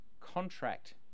contract